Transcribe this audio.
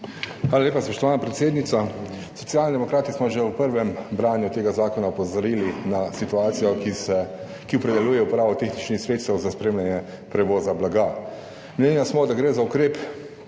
Hvala lepa, spoštovana predsednica. Socialni demokrati smo že v prvem branju tega zakona opozorili na situacijo, ki opredeljuje uporabo tehničnih sredstev za spremljanje prevoza blaga. Smo mnenja, da gre za ukrep,